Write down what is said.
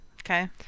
Okay